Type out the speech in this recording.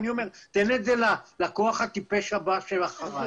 אני אומר: תן את זה ללקוח הטיפש הבא של הקופה.